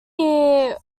near